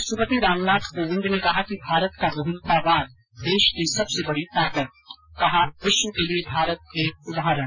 राष्ट्रपति रामनाथ कोविंद ने कहा कि भारत का बहलतावाद देश की सबसे बडी ताकत कहा विश्व के लिये भारत एक उदाहरण